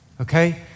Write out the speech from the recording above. Okay